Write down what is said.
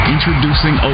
Introducing